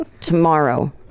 tomorrow